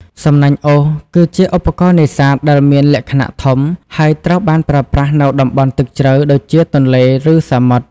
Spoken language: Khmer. សំណាញ់អូស គឺជាឧបករណ៍នេសាទដែលមានលក្ខណៈធំ ហើយត្រូវបានប្រើប្រាស់នៅតំបន់ទឹកជ្រៅដូចជាទន្លេ ឬសមុទ្រ។